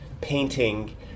painting